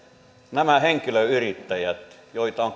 nämä henkilöyrittäjät joita on